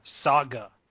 Saga